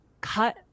cut